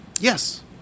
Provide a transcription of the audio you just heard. Yes